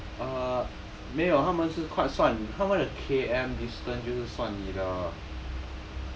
uh 没有他们是算他们的 K_M distance 就是算你的